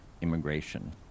immigration